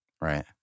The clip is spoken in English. Right